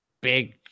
big